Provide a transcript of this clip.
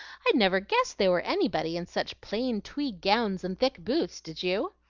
i never guessed they were anybody, in such plain tweed gowns and thick boots did you?